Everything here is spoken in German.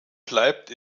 bleibt